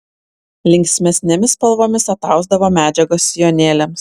linksmesnėmis spalvomis atausdavo medžiagos sijonėliams